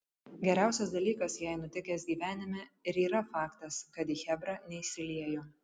geriausias dalykas jai nutikęs gyvenime ir yra faktas kad į chebrą neįsiliejo